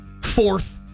fourth